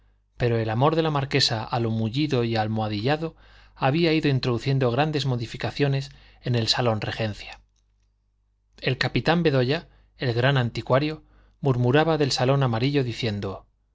pero el amor de la marquesa a lo mullido y almohadillado había ido introduciendo grandes modificaciones en el salón regencia el capitán bedoya el gran anticuario murmuraba del salón amarillo diciendo